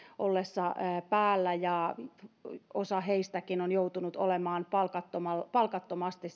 ollessa päällä osa heistäkin on joutunut olemaan palkattomasti